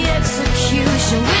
execution